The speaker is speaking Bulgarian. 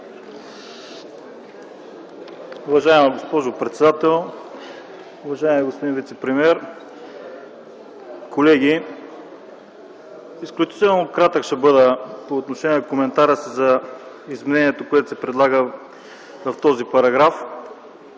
Уважаема госпожо председател, уважаеми господин вицепремиер, колеги! Изключително кратък ще бъда по отношение на коментара си за изменението, което се предлага в този параграф.